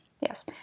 Yes